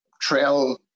trail